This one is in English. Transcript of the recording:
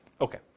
Okay